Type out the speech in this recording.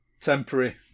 temporary